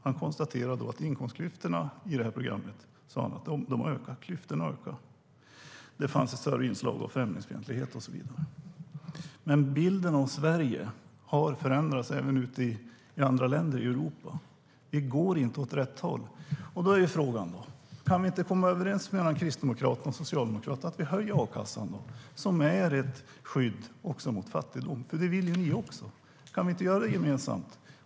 Han konstaterade i programmet att inkomstklyftorna har ökat, att det finns ett större inslag av främlingsfientlighet och så vidare. Bilden av Sverige har förändrats även i andra länder i Europa. Vi går inte åt rätt håll. Då är frågan: Kan vi inte komma överens mellan Kristdemokraterna och Socialdemokraterna om att vi höjer a-kassan? Det är också ett skydd mot fattigdom. Det vill ju ni också. Kan vi inte göra det gemensamt?